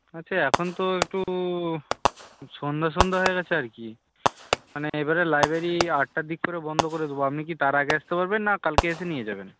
আচ্ছা এখন তো একটু সন্ধ্যা সন্ধ্যা হয়ে গেছে আর কি মানে এবারে লাইব্রেরি আটটার দিক করে বন্ধ করে দেবো আপনি কি তার আগে আসতে পারবেন না কালকে এসে নিয়ে যাবেন